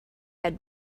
had